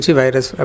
virus